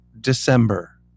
December